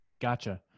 Gotcha